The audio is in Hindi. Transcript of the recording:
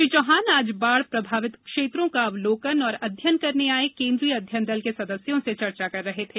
श्री चौहान आज बाढ़ प्रभावित क्षेत्रों का अवलोकन और अध्ययन करने आए केन्द्रीय अध्ययन दल के सदस्यों से चर्चा कर रहे थे